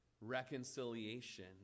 reconciliation